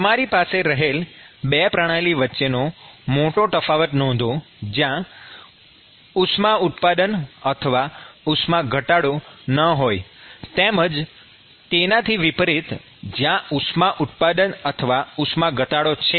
તમારી પાસે રહેલ બે પ્રણાલી વચ્ચેનો મોટો તફાવત નોંધો જ્યાં ઉષ્મા ઉત્પાદન અથવા ઉષ્મા ઘટાડો ન હોય તેમજ તેનાથી વિપરીત જ્યાં ઉષ્મા ઉત્પાદન અથવા ઉષ્મા ઘટાડો છે